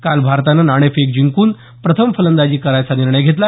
काल भारतानं नाणेफेक जिंकून प्रथम फलंदाजी करायचा निर्णय घेतला